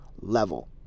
level